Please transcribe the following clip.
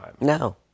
No